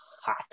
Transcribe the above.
hot